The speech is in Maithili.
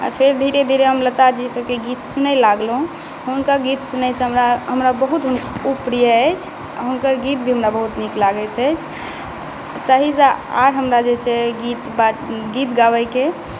आ फेर धीरे धीरे हम लताजी सबके गीत सुनय लगलहुॅं हुनका गीत सुनयसँ हमरा हमरा बहुत धुन उपरी अछि आ हुनकर गीत हमरा बहुत नीक लगैत अछि ताहिसॅं आर हमरा जे छै गीत गाबयके